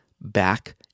back